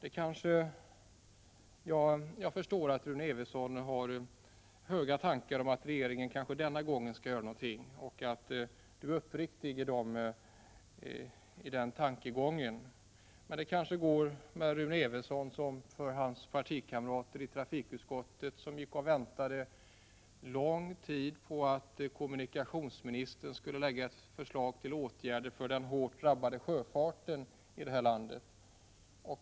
er Jag förstår att Rune Evensson har höga tankar om att regeringen kanske denna gång skall göra någonting och är uppriktig i den uppfattningen. Men det kanske går med Rune Evensson som med hans partikamrater itrafikutskottet. De gick och väntade under lång tid på att kommunikationsministern skulle lägga fram ett förslag till åtgärder för den hårt drabbade sjöfarten här i landet.